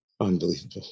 unbelievable